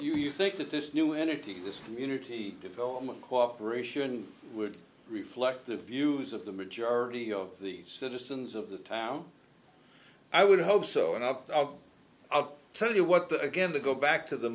sorry you think that this new entity this community development cooperation would reflect the views of the majority of the citizens of the town i would hope so and up i'll tell you what that again to go back to the